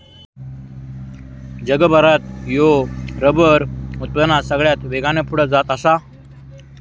जगात भारत ह्यो रबर उत्पादनात सगळ्यात वेगान पुढे जात आसा